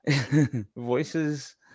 Voices